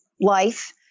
life